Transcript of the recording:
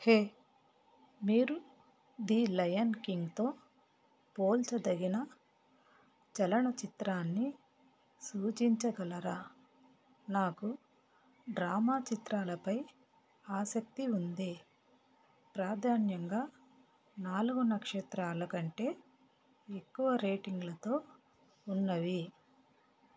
హే మీరు The Lion కింగ్తో పోల్చదగిన చలనచిత్రాన్ని సూచించగలరా నాకు డ్రామా చిత్రాలపై ఆసక్తి ఉంది ప్రాధాన్యంగా నాలుగు నక్షత్రాలకంటే ఎక్కువ రేటింగ్లతో ఉన్నవి